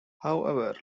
however